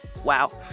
Wow